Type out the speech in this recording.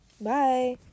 Bye